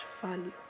value